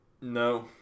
No